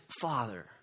father